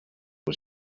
was